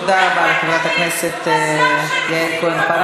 תודה לחברת הכנסת יעל כהן-פארן.